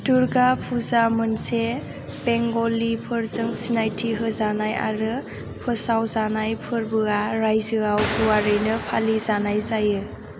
दुर्गा पुजाया मोनसे बेंग'लिफोरजों सिनायथि होजानाय आरो फोसाव जानाय फोरबोआ रायजोआव गुवारैनो फालि जानाय जायो